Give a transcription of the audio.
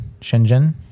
shenzhen